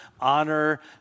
honor